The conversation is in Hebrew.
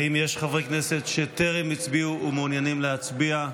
בעד האם יש חברי כנסת שטרם הצביעו ומעוניינים להצביע?